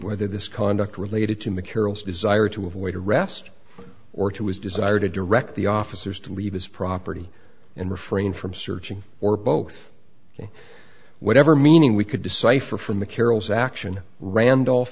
whether this conduct related to materials desire to avoid arrest or to his desire to direct the officers to leave his property and refrain from searching or both whatever meaning we could decipher from the carrolls action randolph